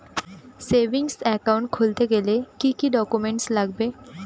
Savings account খুলতে গেলে কি কি ডকুমেন্টস লাগবে?